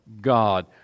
God